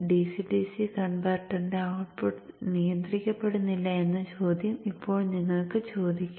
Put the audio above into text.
DC Dc കൺവെർട്ടറിന്റെ output നിയന്ത്രിക്കപ്പെടുന്നില്ല എന്ന ചോദ്യം ഇപ്പോൾ നിങ്ങൾക്ക് ചോദിക്കാം